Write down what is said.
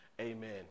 amen